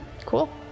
Cool